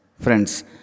Friends